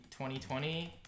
2020